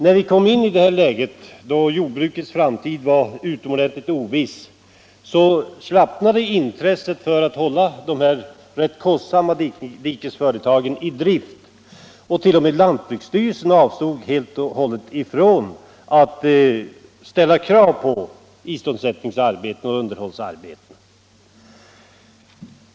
När vi hamnade i den situationen att jordbrukets framtid var utomordentligt oviss slappnade intresset för att hålla dessa ganska kostsamma dikningsföretag i stånd, och även lantbruksstyrelsen avstod då från att ställa några krav på iståndsättning och underhåll av dessa diken.